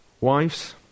Wives